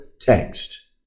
text